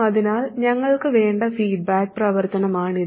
അതിനാൽ ഞങ്ങൾക്ക് വേണ്ട ഫീഡ്ബാക്ക് പ്രവർത്തനമാണിത്